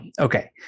Okay